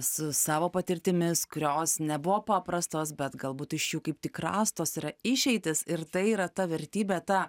su savo patirtimis kurios nebuvo paprastos bet galbūt iš jų kaip tik rastos yra išeitys ir tai yra ta vertybė ta